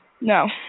No